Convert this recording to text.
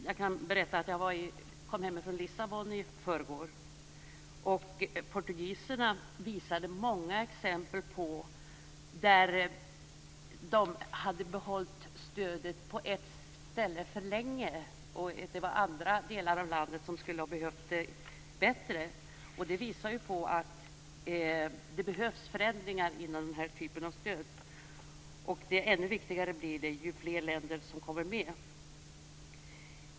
Jag kan berätta att jag kom hem ifrån Lissabon i förrgår. Portugiserna visade många exempel på att ett ställe hade fått stöd för länge, när andra delar av landet skulle ha behövt det bättre. Det visar på att det behövs förändringar inom denna typ av stöd. Det blir ännu viktigare ju fler länder som kommer med.